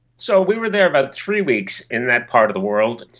so we were there about three weeks in that part of the world,